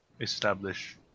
establish